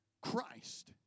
Christ